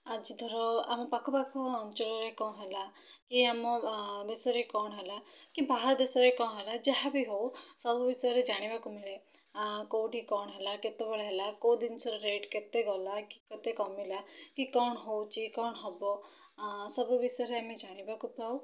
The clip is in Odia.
ଆଜି ଧର ଆମ ପାଖ ପାଖ ଅଞ୍ଚଳରେ କ'ଣ ହେଲା କି ଆମ ଦେଶରେ କ'ଣ ହେଲା କି ବାହାର ଦେଶରେ କ'ଣ ହେଲା ଯାହାବି ହେଉ ସବୁ ବିଷୟରେ ଜାଣିବାକୁ ମିଳେ ଆଉ କୋଉଠି କ'ଣ ହେଲା କେତବେଳେ ହେଲା କୋଉ ଜିନିଷ ରେଟ୍ କେତେ ଗଲା କି କେତେ କମିଲା କି କ'ଣ ହେଉଛି କ'ଣ ହେବ ଆ ସବୁ ବିଷୟରେ ଆମେ ଜାଣିବାକୁ ପାଉ